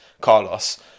Carlos